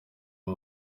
ayo